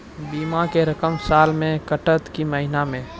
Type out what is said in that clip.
बीमा के रकम साल मे कटत कि महीना मे?